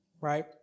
right